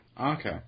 Okay